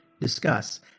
discuss